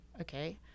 Okay